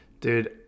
dude